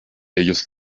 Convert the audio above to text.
ellos